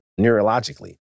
neurologically